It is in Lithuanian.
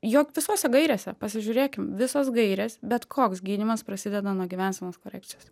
jog visose gairėse pasižiūrėkim visos gairės bet koks gydymas prasideda nuo gyvensenos korekcijos